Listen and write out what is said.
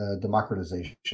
democratization